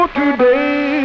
today